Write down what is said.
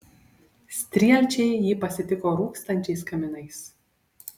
strielčiai jį pasitiko rūkstančiais kaminais